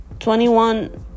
21